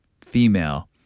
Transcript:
female